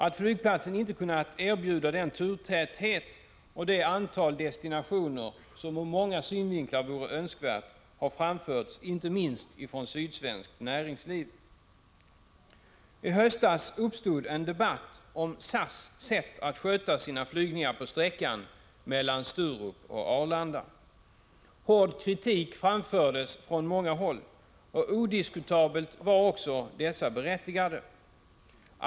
Att flygplatsen inte kunnat erbjuda den turtäthet och det antal destinationer som ur många synvinklar vore önskvärt, 16 har framförts inte minst från sydsvenskt näringsliv. I höstas uppstod en debatt om SAS sätt att sköta flygningarna på sträckan — Prot. 1985/86:136 mellan Sturup och Arlanda. Hård kritik framfördes från många håll, och 7 maj 1986 odiskutabelt var också denna berättigad.